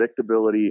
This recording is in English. predictability